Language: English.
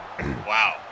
Wow